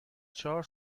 چهار